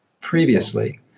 previously